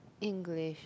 English